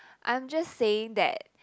I'm just saying that